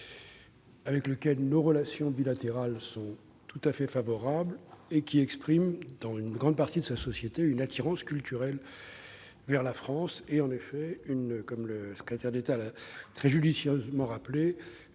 avec lequel nos relations bilatérales sont tout à fait favorables et dont une grande partie de la société exprime une attirance culturelle vers la France : M. le secrétaire d'État a très judicieusement rappelé